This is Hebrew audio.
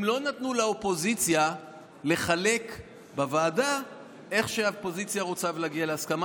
הם לא נתנו לאופוזיציה לחלק בוועדה איך שהאופוזיציה רוצה ולהגיע להסכמה.